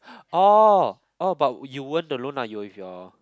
orh orh but you weren't alone lah you were with your